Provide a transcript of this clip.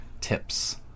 tips